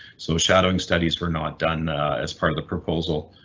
so shadowing studies were not done as part of the proposal.